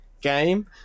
game